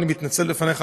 אני מתנצל בפניך,